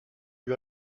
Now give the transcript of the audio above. lui